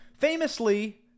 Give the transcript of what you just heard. Famously